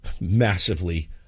massively